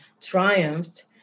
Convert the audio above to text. triumphed